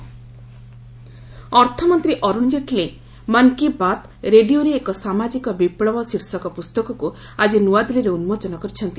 Jaitley book ଅର୍ଥମନ୍ତ୍ରୀ ଅରୁଣ ଜେଟ୍ଲୀ 'ମନ୍ କି ବାତ୍ ରେଡ଼ିଓରେ ଏକ ସାମାଜିକ ବିପୁବ' ଶୀର୍ଷକ ପ୍ରସ୍ତକକ୍ ଆଜି ନ୍ତଆଦିଲ୍ଲୀରେ ଉନ୍ଦୋଚନ କରିଛନ୍ତି